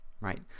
right